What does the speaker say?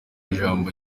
ijambo